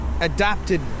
adapted